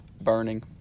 Burning